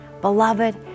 Beloved